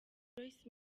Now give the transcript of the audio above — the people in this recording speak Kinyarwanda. joyce